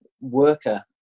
worker